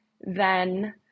then-